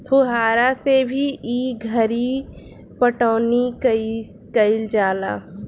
फुहारा से भी ई घरी पटौनी कईल जाता